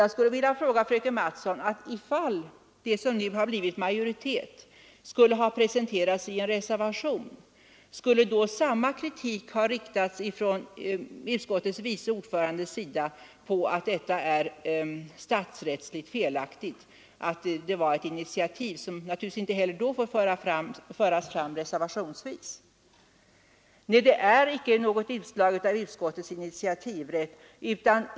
Jag skulle vilja ställa en fråga till fröken Mattson: Om det som nu har blivit majoritetsförslaget skulle ha presenterats i en reservation, skulle också då kritik ha framförts från utskottets vice ordförande innebärande att förfarandet var statsrättsligt felaktigt, dvs. att det var fråga om ett initiativ, som naturligtvis i så fall inte heller får föras fram reservationsvis? Nej, det är inte fråga om något utslag av utskottets initiativrätt.